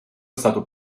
stato